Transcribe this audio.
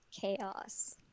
Chaos